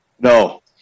No